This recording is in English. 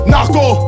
Narco